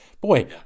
Boy